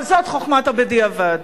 אבל זו חוכמת הבדיעבד.